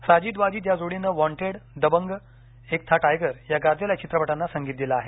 साजिद वाजिद या जोडीनं wanted Dabangg Ek Tha tiger या गाजलेल्या चित्रपटांना संगीत दिलं आहे